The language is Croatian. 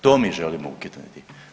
To mi želimo ukinuti.